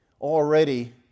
already